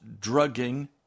drugging